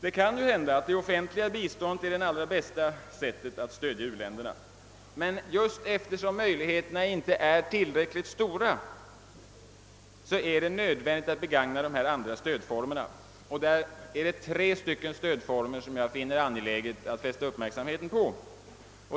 Det kan ju hända att det offentliga biståndet är det allra bästa sättet att stödja u-länderna, men eftersom möjligheterna inte är tillräckligt stora är det nödvändigt att begagna de andra stödformerna. Där är det särskilt tre stödformer som jag finner det angeläget att fästa uppmärksamheten på.